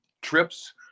trips